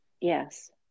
Yes